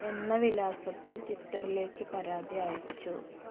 എന്ന വിലാസത്തിൽ ട്വിറ്ററിലേക്ക് പരാതി അയച്ചു